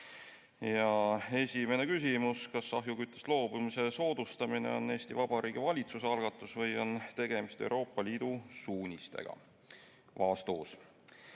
Esimene küsimus: "Kas ahjuküttest loobumise soodustamine on Eesti Vabariigi valitsuse algatus või on tegemist Euroopa liidu suunistega?"